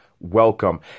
welcome